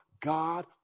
God